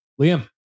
Liam